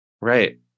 right